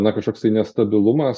na kažkoks tai nestabilumas